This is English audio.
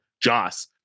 Joss